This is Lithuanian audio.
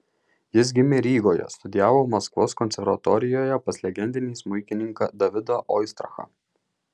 jis gimė rygoje studijavo maskvos konservatorijoje pas legendinį smuikininką davidą oistrachą